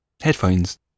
headphones